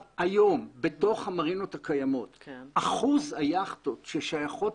היום בתוך המרינות הקיימות אחוז היכטות ששייכות